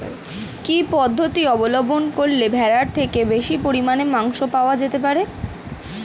কি পদ্ধতিতে অবলম্বন করলে ভেড়ার থেকে বেশি পরিমাণে মাংস পাওয়া যেতে পারে?